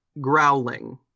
growling